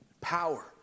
power